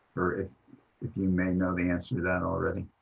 or if if we may know the answer to that already.